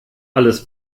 alles